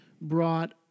brought